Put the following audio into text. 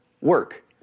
work